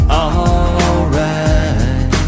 alright